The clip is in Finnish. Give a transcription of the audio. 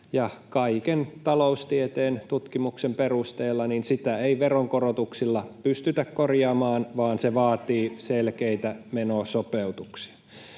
kaiken taloustieteen tutkimuksen perusteella sitä ei veronkorotuksilla pystytä korjaamaan vaan se vaatii selkeitä menosopeutuksia.